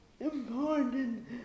important